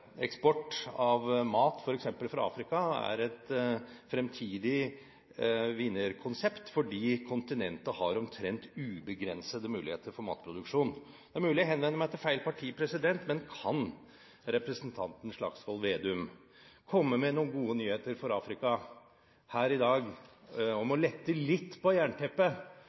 Eksport av mat, f.eks. fra Afrika, er et fremtidig vinnerkonsept fordi kontinentet har omtrent ubegrensede muligheter for matproduksjon. Det er mulig jeg henvender meg til feil parti, men kan representanten Slagsvold Vedum komme med noen gode nyheter for Afrika her i dag om å lette litt på jernteppet